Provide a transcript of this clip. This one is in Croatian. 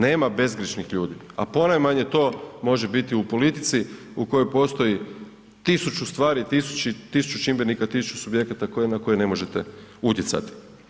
Nema bezgrješnih ljudi a ponajmanje to može biti u politici u kojoj postoji tisuću stvari, tisuću čimbenika, tisuću subjekata na koje ne možete utjecati.